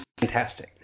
fantastic